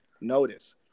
notice